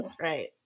Right